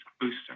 booster